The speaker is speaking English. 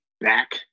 back